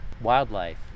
wildlife